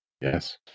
Yes